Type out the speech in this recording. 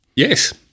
Yes